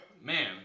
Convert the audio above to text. Man